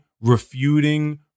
refuting